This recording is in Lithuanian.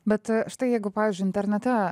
bet štai jeigu pavyzdžiui internete